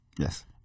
Yes